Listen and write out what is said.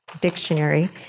Dictionary